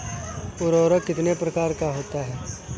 उर्वरक कितने प्रकार का होता है?